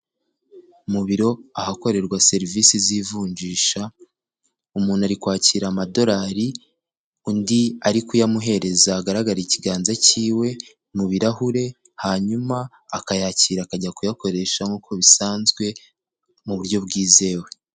Mu biro ahakorerwa serivisi z'ivunjisha, umuntu ari kwakira amadorari, undi ari kuyamuhereza hagaraga ikiganza cy'iwe mu birahure hanyuma akayakira akajya kuyakoresha nk'uko bisanzwe mu buryo bwizewe.